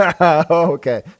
Okay